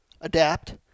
adapt